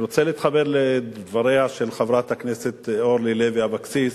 אני רוצה להתחבר לדבריה של חברת הכנסת אורלי לוי אבקסיס.